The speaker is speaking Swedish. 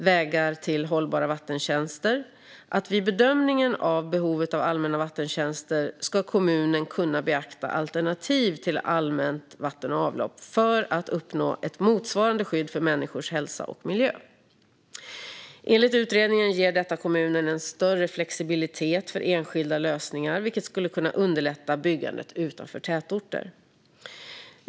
Utredningen föreslår att kommunen vid bedömningen av behovet av allmänna vattentjänster ska kunna beakta alternativ till allmänt vatten och avlopp för att uppnå ett motsvarande skydd för människors hälsa och miljö. Enligt utredningen ger detta kommunen större flexibilitet för enskilda lösningar, vilket skulle kunna underlätta byggandet utanför tätorter.